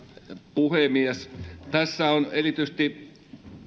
puhemies tässä on erityisesti